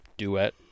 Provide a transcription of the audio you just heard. duet